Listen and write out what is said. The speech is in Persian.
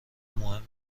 مهم